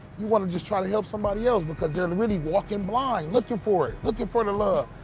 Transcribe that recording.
you want to just try to help somebody else, because they're and really walking blind, looking for it, looking for the love.